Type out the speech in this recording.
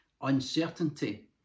uncertainty